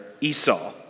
Esau